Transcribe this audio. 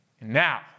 now